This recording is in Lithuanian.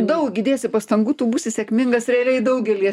daug įdėsi pastangų tu būsi sėkmingas realiai daugelyje